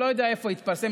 לא יודע איפה התפרסם.